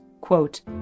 quote